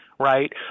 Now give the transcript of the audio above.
Right